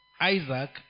Isaac